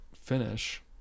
finish